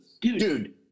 Dude